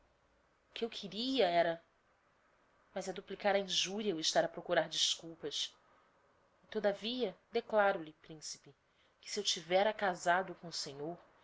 o que eu queria era mas é duplicar a injuria o estar a procurar desculpas e todavia declaro lhe principe que se eu tivera casado com o senhor